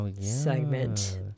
segment